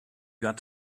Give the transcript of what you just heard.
got